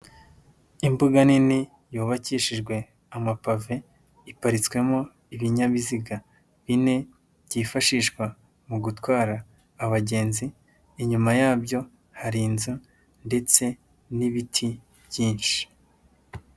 Imbuga nini yubakishijwe amapave, iparitswemo ibinyabiziga bine byifashishwa mu gutwara abagenzi, inyuma yabyo hari inzu ndetse n'ibiti byinshi.